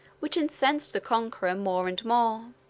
which incensed the conqueror more and more.